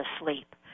asleep